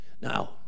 Now